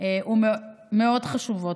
הם מאוד חשובים.